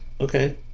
okay